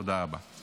תודה רבה.